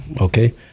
okay